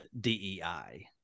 DEI